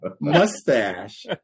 mustache